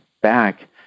back